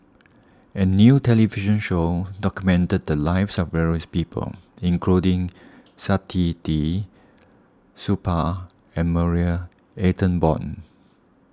a new television show documented the lives of various people including Saktiandi Supaat and Marie Ethel Bong